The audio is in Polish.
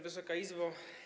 Wysoka Izbo!